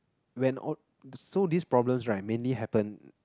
when all so this problems right mainly happen